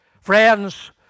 Friends